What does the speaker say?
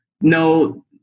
no